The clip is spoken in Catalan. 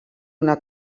una